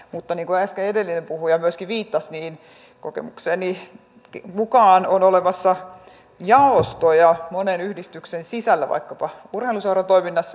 mutta niin kuin äsken edellinen puhuja myöskin viittasi niin kokemukseni mukaan on olemassa jaostoja monen yhdistyksen sisällä vaikkapa urheiluseuran toiminnassa